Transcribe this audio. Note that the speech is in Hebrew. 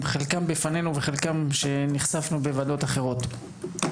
חלקם לפנינו וחלקם ממה שנחשפנו בוועדות אחרות.